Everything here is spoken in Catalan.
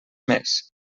més